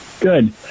Good